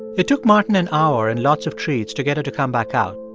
it took martin an hour and lots of treats to get her to come back out.